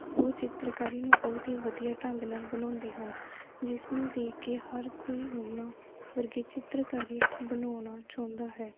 ਉਹ ਚਿਤਰਕਾਰੀ ਨੂੰ ਬਹੁਤ ਹੀ ਵਧੀਆ ਢੰਗ ਨਾਲ ਬਣਾਉਂਦੇ ਹਨ ਜਿਸ ਨੂੰ ਦੇਖ ਕੇ ਹਰ ਕੋਈ ਉਹਨਾਂ ਵਰਗੀ ਚਿੱਤਰਕਾਰੀ ਬਣਾਉਣਾ ਚਾਹੁੰਦਾ ਹੈ